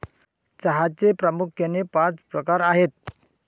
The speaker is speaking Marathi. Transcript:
चहाचे प्रामुख्याने पाच प्रकार आहेत